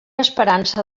esperança